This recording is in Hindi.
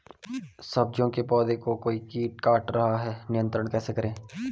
सब्जियों के पौधें को कोई कीट काट रहा है नियंत्रण कैसे करें?